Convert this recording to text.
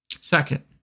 Second